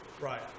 Right